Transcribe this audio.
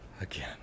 again